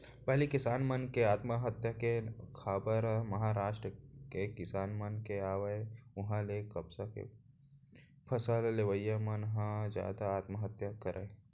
पहिली किसान मन के आत्महत्या के खबर महारास्ट के किसान मन के आवय उहां के कपसा के फसल लेवइया मन ह जादा आत्महत्या करय